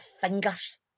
fingers